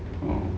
oh